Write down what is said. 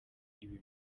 ibi